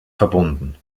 verbunden